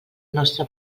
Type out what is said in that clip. nostre